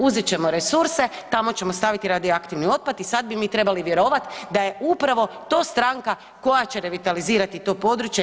Uzet ćemo resurse, tamo će staviti radio aktivni otpad i sad bi mi trebali vjerovati da je upravo to stranka koja će revitalizirati to područje.